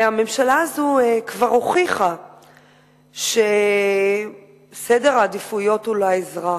הממשלה הזאת כבר הוכיחה שסדר העדיפויות הוא לא האזרח,